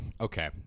okay